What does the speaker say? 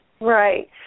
Right